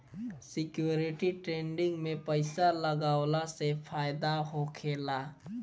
security trading में पइसा लगावला से फायदा होखेला